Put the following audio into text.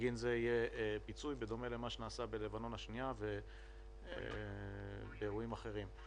בגין זה יהיה פיצוי בדומה למה שנעשה בלבנון השנייה ובאירועים אחרים.